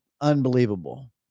unbelievable